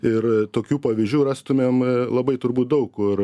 ir tokių pavyzdžių rastumėm labai turbūt daug kur